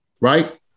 right